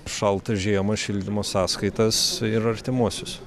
šaltą žiemą šildymo sąskaitas ir artimuosius